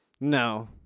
no